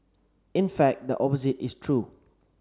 in fact the opposite is true